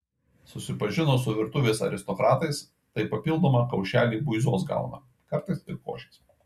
susipažino su virtuvės aristokratais tai papildomą kaušelį buizos gauna kartais ir košės